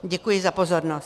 Děkuji za pozornost.